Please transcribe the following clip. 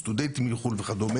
סטודנטים מחו"ל וכדו',